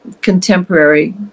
contemporary